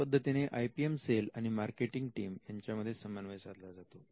या पद्धतीने I P M cell आणि मार्केटिंग टीम यांच्यामध्ये समन्वय साधला जातो